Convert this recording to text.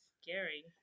scary